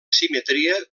simetria